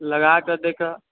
लगाए कऽ देखऽ